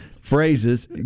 phrases